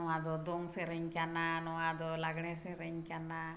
ᱱᱚᱣᱟ ᱫᱚ ᱫᱚᱝ ᱥᱮᱨᱮᱧ ᱠᱟᱱᱟ ᱱᱚᱣᱟ ᱫᱚ ᱞᱟᱜᱽᱬᱮ ᱥᱮᱨᱮᱧ ᱠᱟᱱᱟ